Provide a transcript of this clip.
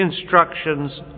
instructions